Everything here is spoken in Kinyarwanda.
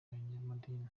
banyamadini